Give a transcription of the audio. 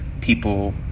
people